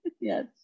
Yes